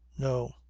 no.